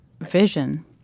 vision